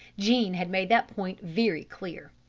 jean had made that point very clear.